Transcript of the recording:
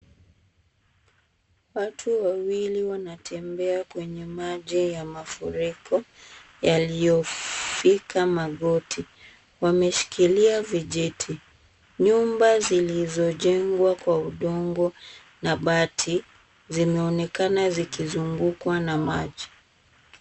Watu wawili wanatembea kwenye maji ya mafuriko yaliyofika magoti. Wameshikilia vijiti. Nyumba zilizojengwa kwa udongo na bati zimeonekana zikizungukwa na maji.